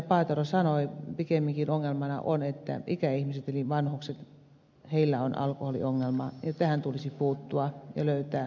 paatero sanoi pikemminkin ongelmana on että ikäihmisillä eli vanhuksilla on alkoholiongelma ja tähän tulisi puuttua ja löytää ratkaisu